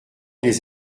des